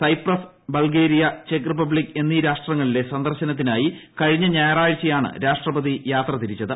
Cyprus Bulgaria ചെക്ക് Republic എന്നീ രാഷ്ട്രങ്ങളിലെ സന്ദർശനത്തിനായി കഴിഞ്ഞ ഞായറാഴ്ച യാണ് രാഷ്ട്രപതി യാത്ര തിരിച്ചത്